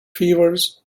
fevers